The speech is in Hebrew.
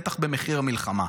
ובטח במחיר המלחמה,